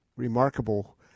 remarkable